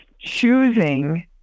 choosing